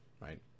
right